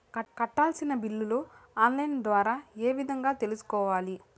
కట్టాల్సిన బిల్లులు online ద్వారా ఏ విధంగా తెలుసుకోవాలి?